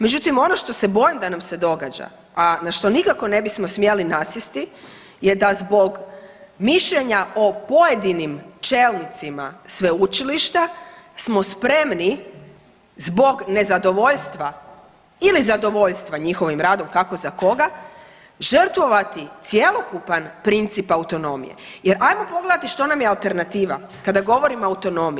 Međutim, ono što se bojim da nam se događa, a na što nikako ne bismo smjeli nasjesti je da zbog mišljenja o pojedinim čelnicima sveučilišta smo spremni zbog nezadovoljstva ili zadovoljstva njihovim radom, kako za koga, žrtvovati cjelokupan princip autonomije jer ajmo pogledati što nam je alternativa, kada govorimo o autonomiji.